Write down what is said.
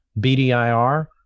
BDIR